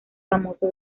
famoso